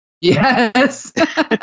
Yes